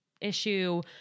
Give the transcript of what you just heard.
issue